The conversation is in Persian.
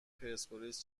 پرسپولیس